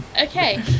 okay